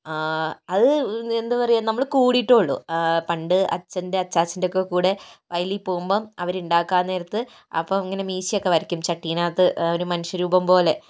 അത് എന്താ പറയുക നമ്മള് കൂടിയിട്ടെ ഉള്ളൂ പണ്ട് അച്ഛൻ്റെ അച്ഛാച്ചൻ്റെ ഒക്കെക്കൂടെ വയലിൽ പോകുമ്പോൾ അവര് ഉണ്ടാക്കാൻ നേരത്ത് അപ്പോൾ ഇങ്ങനെ മീശയൊക്കെ വരയ്ക്കും ചട്ടിക്കകത്ത് ഒരു മനുഷ്യരൂപം പോലെ